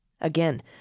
Again